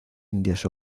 indias